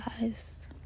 guys